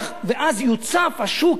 ואז יוצף השוק בדירות.